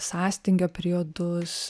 sąstingio periodus